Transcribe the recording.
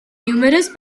numerous